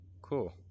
Cool